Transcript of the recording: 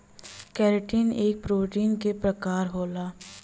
keratin एक protein क प्रकार होला